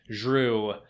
drew